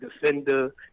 defender